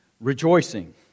rejoicing